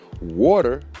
Water